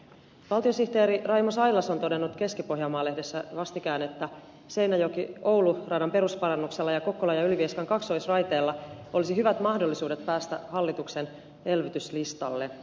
valtiosihteeri raimo sailas on todennut keskipohjanmaa lehdessä vastikään että seinäjokioulu radan perusparannuksella ja kokkolan ja ylivieskan kaksoisraiteella olisi hyvät mahdollisuudet päästä hallituksen elvytyslistalle